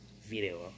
video